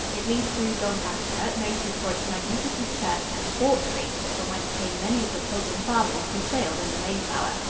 it leads through doncaster, noted for its magnificent church, and bawtry, from whence came many of the pilgrim fathers who sailed in the mayflower.